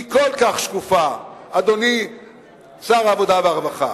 היא כל כך שקופה, אדוני שר העבודה והרווחה.